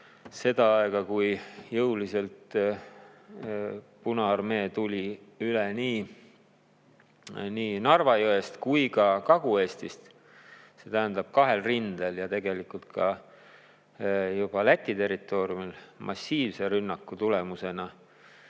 seda, kui jõuliselt Punaarmee tuli üle nii Narva jõest kui ka Kagu-Eestist, see tähendab kahel rindel. Tegelikult juba Läti territooriumil massiivse rünnaku tulemusena